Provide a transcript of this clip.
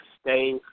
stay